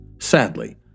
Sadly